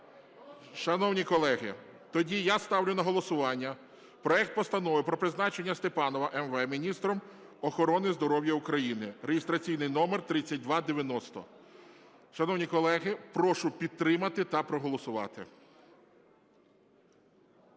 Шановні колеги, тоді я ставлю на голосування проект Постанови про призначення Степанова М. В. міністром охорони здоров'я України (реєстраційний номер 3290). Шановні колеги, прошу підтримати та проголосувати.